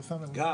רם,